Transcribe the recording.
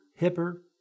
hipper